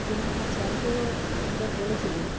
তিনি আমার স্যারকেও অনেকবার বলেছিলেন